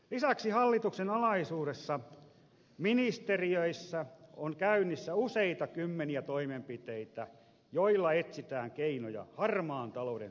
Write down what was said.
lisäksi hallituksen alaisuudessa ministeriöissä on käynnissä useita kymmeniä toimenpiteitä joilla etsitään keinoja harmaan talouden suitsimiseksi